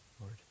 Lord